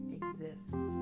exists